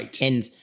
And-